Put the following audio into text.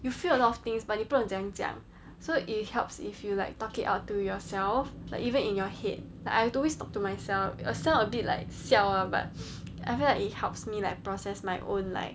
you feel a lot of things but 你不懂怎样讲 so it helps if you like talk it out to yourself like even in your head like I always talk to myself sound a bit like siao lah but I feel like it helps me like process my own like